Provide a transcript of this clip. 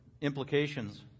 implications